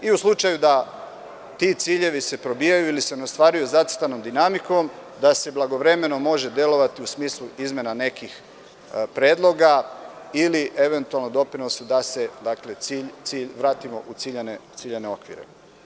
U slučaju da ti ciljevi se probijaju ili se ne ostvaruju zacrtanom dinamikom, da se blagovremeno može delovati u smislu izmena nekih predloga ili eventualno doprinosa da se vratimo u ciljane okvire.